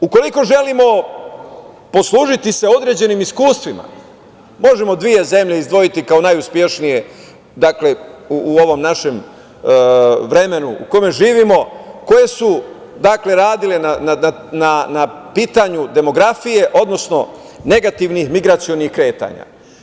Ukoliko želimo poslužiti se određenim iskustvima možemo dve zemlje izdvojiti kao najuspešnije u ovom našem vremenu u kome živimo, koje su radile na pitanju demografije, odnosno negativnih migracionih kretanja.